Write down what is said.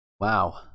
Wow